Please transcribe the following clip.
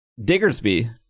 Diggersby